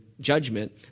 judgment